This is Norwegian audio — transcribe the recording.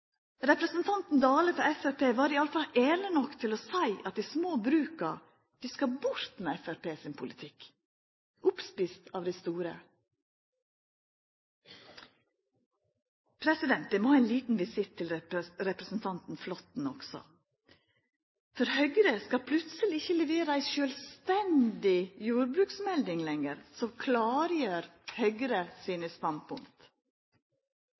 Representanten Dale frå Framstegspartiet var iallfall ærleg nok til å seia at dei små bruka skal bort med Framstegpartiets politikk – dei vert oppetne av dei store. Eg må ha ei liten visitt til representanten Flåtten òg. For Høgre skal plutseleg ikkje lenger levera ei sjølvstendig jordbruksmelding som klargjer Høgre sine standpunkt.